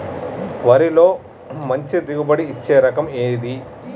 వరిలో మంచి దిగుబడి ఇచ్చే రకం ఏది?